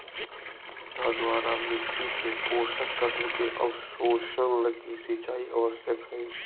पौधा द्वारा मिट्टी से पोषक तत्व के अवशोषण लगी सिंचाई आवश्यक हइ